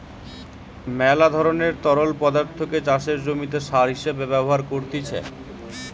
মেলা ধরণের তরল পদার্থকে চাষের জমিতে সার হিসেবে ব্যবহার করতিছে